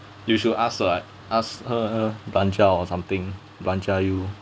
you should ask her right ask her belanja or something belanja you